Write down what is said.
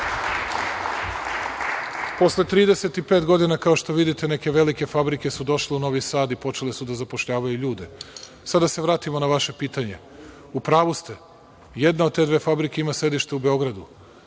Posle 35 godina kao što vidite neke velike fabrike su došle u Novi Sad i počele su da zapošljavaju ljude. Sad da se vratimo na vaše pitanje. U pravu ste. Jedna od te dve fabrike ima sedište u Beogradu.